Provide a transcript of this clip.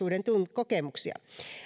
kokemuksia